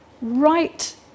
right